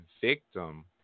victim